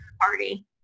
party